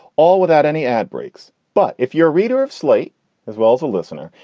all without any ad breaks. but if you're a reader of slate as well as a listener,